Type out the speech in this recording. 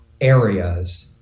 areas